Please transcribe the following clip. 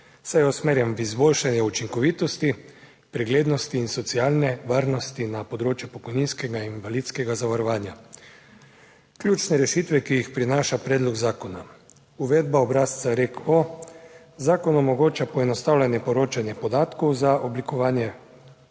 je usmerjen v izboljšanje učinkovitosti, preglednosti in socialne varnosti na področju pokojninskega in invalidskega zavarovanja. Ključne rešitve, ki jih prinaša predlog zakona: uvedba obrazca REK-O, zakon omogoča poenostavljenje poročanja podatkov za oblikovanje